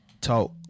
talk